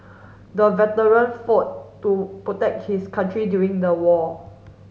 the veteran fought to protect his country during the war